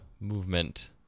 movement